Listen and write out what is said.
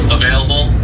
available